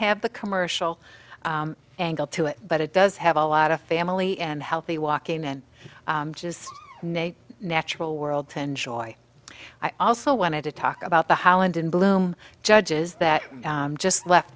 have the commercial angle to it but it does have a lot of family and healthy walking and just a natural world to enjoy i also wanted to talk about the holland in bloom judges that just left